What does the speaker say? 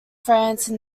france